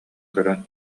көрөн